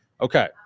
Okay